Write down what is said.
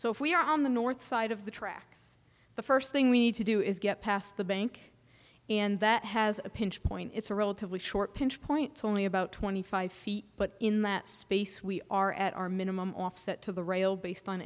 so if we are on the north side of the tracks the first thing we need to do is get past the bank and that has a pinch point it's a relatively short pinch point only about twenty five feet but in that space we are at our minimum offset to the rail based on